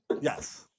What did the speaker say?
Yes